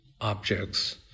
objects